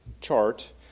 chart